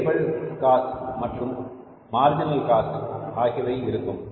variable cost மற்றும் marginal cost ஆகியவை இருக்கும்